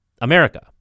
America